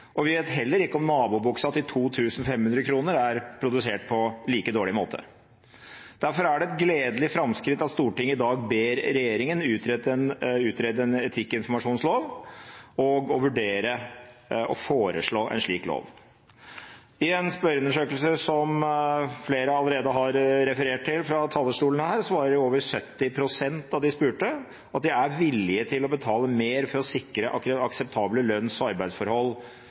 sikkert. Vi vet heller ikke om nabobuksa til 2 500 kr er produsert på like dårlig måte. Derfor er det et gledelig framskritt at Stortinget i dag ber regjeringen utrede en etikkinformasjonslov og vurdere å foreslå en slik lov. I en spørreundersøkelse som flere allerede har referert til fra talerstolen her, svarer over 70 pst. av de spurte at de er villige til å betale mer for å sikre akseptable lønns- og arbeidsforhold